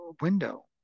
window